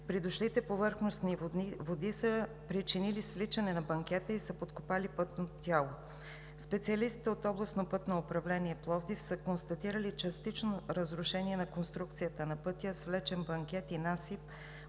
Придошлите повърхностни води са причинили свличане на банкета и са подкопали пътното тяло. Специалистите от Областно пътно управление – Пловдив, са констатирали частично разрушение на конструкцията на пътя, свлечен банкет и насип